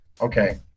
okay